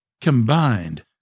Combined